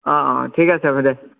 অ অ ঠিক আছে হ'ব দে